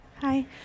Hi